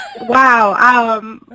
wow